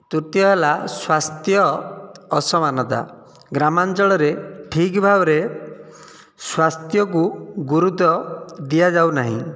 ତୃତୀୟ ହେଲା ସ୍ୱାସ୍ଥ୍ୟ ଅସମାନତା ଗ୍ରାମାଞ୍ଚଳରେ ଠିକ ଭାବରେ ସ୍ୱାସ୍ଥ୍ୟକୁ ଗୁରୁତ୍ୱ ଦିଆଯାଉନାହିଁ